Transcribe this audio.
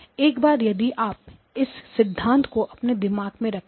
एक बार यदि आप इस सिद्धांत को अपने दिमाग में रखें